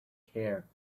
care